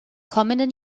kommenden